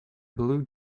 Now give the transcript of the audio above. blue